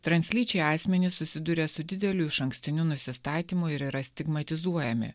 translyčiai asmenys susiduria su dideliu išankstiniu nusistatymu ir yra stigmatizuojami